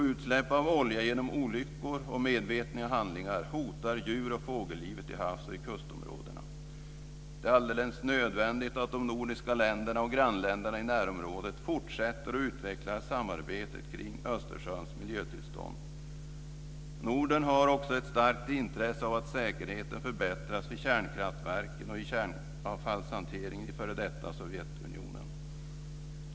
Utsläpp av olja genom olyckor och medvetna handlingar hotar djuroch fågellivet till havs och i kustområdena. Det är alldeles nödvändigt att de nordiska länderna och grannländerna i närområdet fortsätter att utveckla samarbetet kring Östersjöns miljötillstånd. Norden har även ett starkt intresse av att säkerheten förbättras vid kärnkraftverken och i kärnavfallshanteringen i f.d. Sovjetunionen.